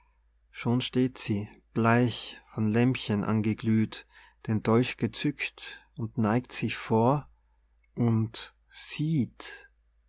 schon steht sie bleich vom lämpchen angeglüht den dolch gezückt und neigt sich vor und sieht